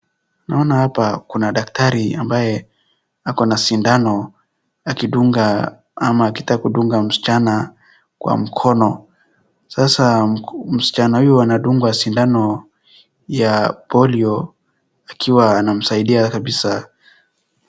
Naona hapa kuna daktari ambaye ako na sindano akidunga ama akitaka kudunga msichana kwa mkono. Sasa msichana huyu anadungwa sindano ya polio akiwa anamsaidia kabisa.